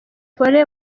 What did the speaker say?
paulin